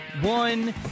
one